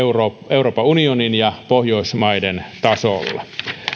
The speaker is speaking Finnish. euroopan unionin ja pohjoismaiden tasolla